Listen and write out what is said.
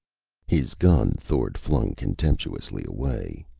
his gun thord flung contemptuously away.